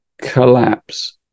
collapse